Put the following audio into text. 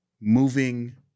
moving